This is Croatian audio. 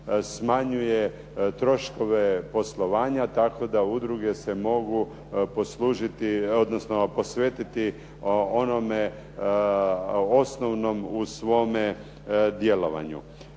smanjuje troškove poslovanja tako da udruge se mogu poslužiti, odnosno posvetiti onome osnovnom u svome djelovanju.